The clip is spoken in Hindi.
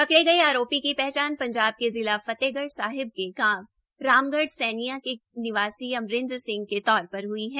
पकड़े गए आरोपी की पहचान पंजाब के जिला फतेहगढ के गांव रामगढ सैणीया के निवासी अमरेन्द्र सिंह के तौर पर हई है